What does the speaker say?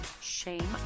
shame